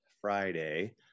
Friday